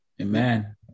Amen